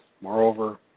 Moreover